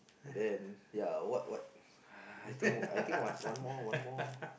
then ya what what ah I think I think one more one more